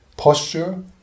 posture